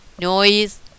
noise